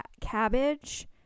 cabbage